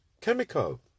chemical